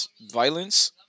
violence